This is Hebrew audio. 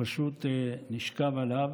שפשוט נשכב עליו,